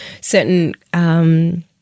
certain